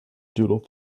doodle